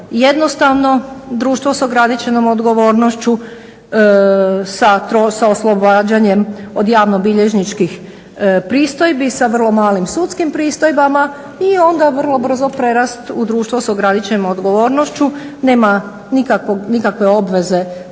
jednostavno društvo sa ograničenom odgovornošću, sa oslobađanjem od javnobilježničkih pristojbi sa vrlo malim sudskim pristojbama i onda vrlo brzo prerasti u društvo sa ograničenom odgovornošću. Nema nikakve obveze